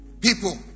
people